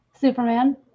Superman